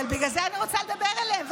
בגלל זה אני רוצה לדבר אליהם,